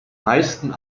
meisten